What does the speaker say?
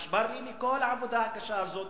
נשבר לי מכל העבודה הקשה הזאת,